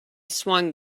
swung